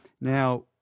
Now